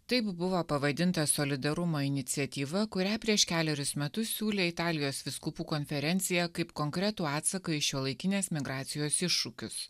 taip buvo pavadinta solidarumo iniciatyva kurią prieš kelerius metus siūlė italijos vyskupų konferencija kaip konkretų atsaką į šiuolaikinės migracijos iššūkius